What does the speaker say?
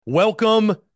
Welcome